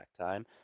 time